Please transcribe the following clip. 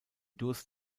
durst